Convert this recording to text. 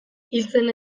hiltzen